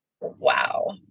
Wow